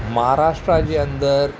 महाराष्ट्रा जे अंदरि